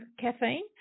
caffeine